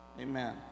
Amen